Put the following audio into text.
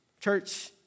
Church